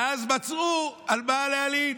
ואז מצאו על מה להלין.